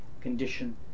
condition